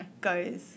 goes